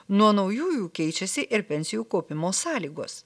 nuo naujųjų keičiasi ir pensijų kaupimo sąlygos